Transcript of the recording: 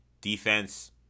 Defense